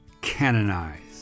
canonized